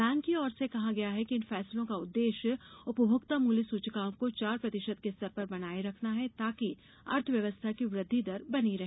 bank की ओर से कहा गया है कि इन फैसलों का उद्देश्य उपभोक्ता मूल्य सूचकांक को चार प्रतिशत के स्तर पर बनाये रखना है ताकि अर्थव्यवस्था की वृद्धि दर बनी रहे